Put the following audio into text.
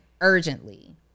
urgently